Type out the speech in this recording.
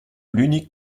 l’unique